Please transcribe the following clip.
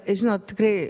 žinot tikrai